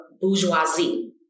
bourgeoisie